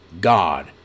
God